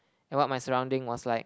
and what my surrounding was like